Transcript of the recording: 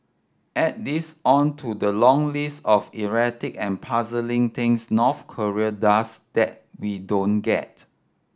add this on to the long list of erratic and puzzling things North Korea does that we don't get